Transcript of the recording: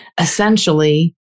Essentially